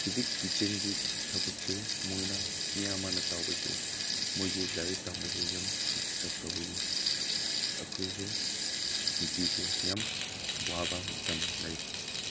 ꯍꯧꯖꯤꯛ ꯀꯤꯠꯆꯟꯒꯤ ꯊꯕꯛꯁꯦ ꯃꯣꯏꯅ ꯃꯤꯌꯥꯝ ꯃꯥꯡꯗ ꯇꯧꯕꯁꯦ ꯃꯣꯏꯒꯤ ꯂꯥꯏꯔꯤꯛ ꯇꯝꯕꯁꯦ ꯌꯥꯝ ꯗꯤꯁꯇꯔꯕ ꯇꯧꯕꯤꯌꯦ ꯑꯩꯈꯣꯏꯁꯦ ꯅꯨꯄꯤꯁꯦ ꯌꯥꯝ ꯋꯥꯕ ꯃꯇꯝ ꯂꯩ